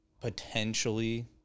potentially